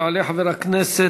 יעלה חבר הכנסת